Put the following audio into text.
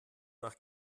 nach